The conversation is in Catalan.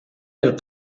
del